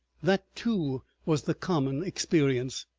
that, too, was the common experience.